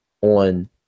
on